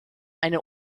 eine